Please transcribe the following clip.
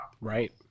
right